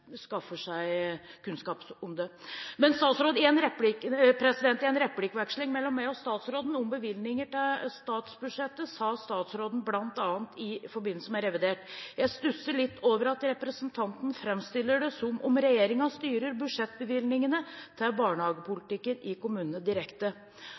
skaffer seg kunnskap om det. Men i en replikkveksling mellom meg og statsråden om bevilgninger til statsbudsjettet sa statsråden bl.a. i forbindelse med revidert: «Jeg stusser litt over at en representant fremstiller det som om regjeringen styrer budsjettbevilgningene til